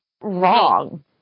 wrong